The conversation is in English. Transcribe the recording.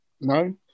No